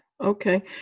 Okay